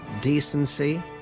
decency